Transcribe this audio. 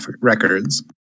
records